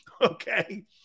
Okay